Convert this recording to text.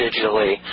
digitally